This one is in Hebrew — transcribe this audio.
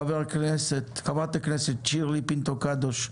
חה"כ שירלי פינטו קדוש,